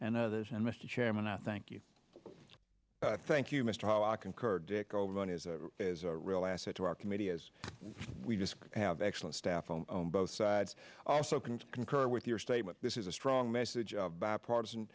and others and mr chairman i thank you thank you mr concurred on is a real asset to our committee as we just have excellent staff on both sides also can concur with your statement this is a strong message of bipartisan